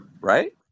Right